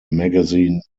magazine